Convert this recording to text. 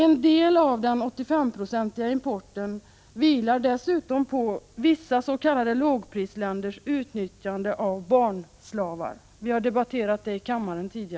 En del av den 85-procentiga importen vilar dessutom på vissa s.k. lågprisländers utnyttjande av barnslavar — detta har vi tidigare debatterat i kammaren.